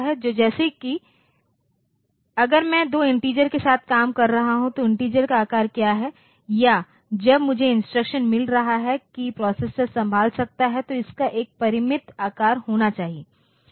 तो जैसे कि अगर मैं दो इन्टिजर के साथ काम कर रहा हूं तो इन्टिजर का आकार क्या है या जब मुझे इंस्ट्रक्शनमिल रहा है कि प्रोसेसर संभाल सकता है तो इसका एक परिमित आकार होना चाहिए